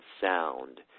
sound